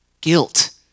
guilt